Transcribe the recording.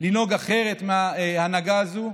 לנהוג אחרת מההנהגה הזאת,